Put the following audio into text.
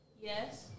Yes